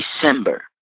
December